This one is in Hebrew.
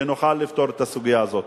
כדי שנוכל לפתור את הסוגיה הזאת.